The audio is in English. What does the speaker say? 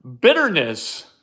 bitterness